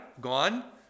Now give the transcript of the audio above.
gone